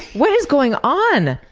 what is going on?